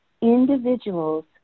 Individuals